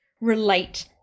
relate